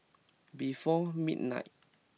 before midnight